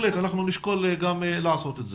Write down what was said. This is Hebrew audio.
אנחנו נשקול לעשות את זה.